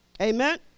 Amen